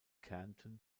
kärnten